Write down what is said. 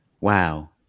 wow